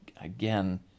again